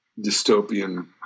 dystopian